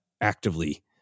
actively